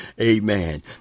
Amen